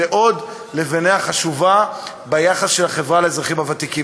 זו עוד לבנה חשובה ביחס של החברה לאזרחים הוותיקים.